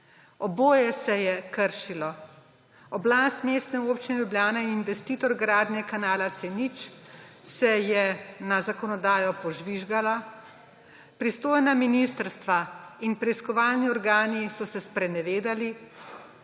Oboje se je kršilo. Oblast Mestne občine Ljubljana in investitor gradnje kanala C0 sta je na zakonodajo požvižgala, pristojna ministrstva in preiskovalni organi so se sprenevedali